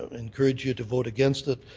encourage you to vote against it.